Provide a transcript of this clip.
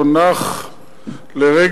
לא נח לרגע,